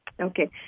Okay